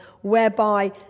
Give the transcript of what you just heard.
whereby